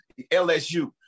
LSU